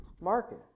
market